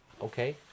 okay